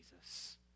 Jesus